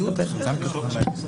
היום זאת מציאות אחרת.